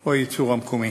הוא הייצור המקומי,